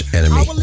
enemy